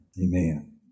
amen